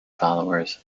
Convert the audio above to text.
followers